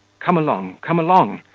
come along, come along,